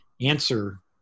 answer